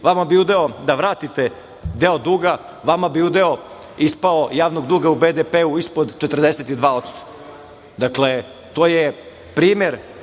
vama bi udeo da vratite deo duga, vama bi udeo ispao javnog duga u BDP ispod 42%. To je primer